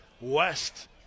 West